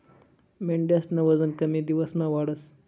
मेंढ्यास्नं वजन कमी दिवसमा वाढस